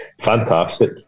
fantastic